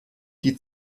die